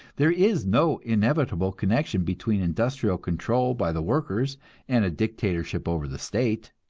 there is no inevitable connection between industrial control by the workers and a dictatorship over the state.